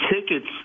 tickets